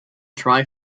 try